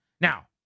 Now